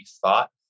thought